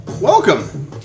Welcome